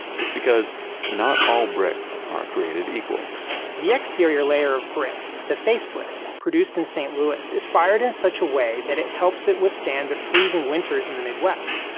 it's because not all bricks are created equal the exterior layer of brick, the face brick, produced in st. louis is fired in such a way that it helps it withstand the freezing winters in the midwest.